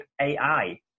AI